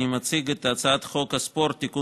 אני מציג את הצעת חוק הספורט (תיקון